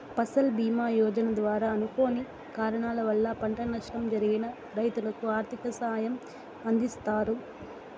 ఫసల్ భీమ యోజన ద్వారా అనుకోని కారణాల వల్ల పంట నష్టం జరిగిన రైతులకు ఆర్థిక సాయం అందిస్తారు